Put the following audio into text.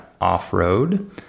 off-road